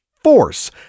force